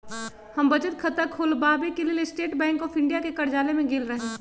हम बचत खता ख़ोलबाबेके लेल स्टेट बैंक ऑफ इंडिया के कर्जालय में गेल रही